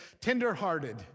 tenderhearted